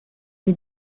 est